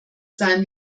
sein